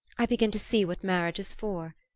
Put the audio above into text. i begin to see what marriage is for.